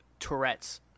tourettes